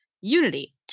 Unity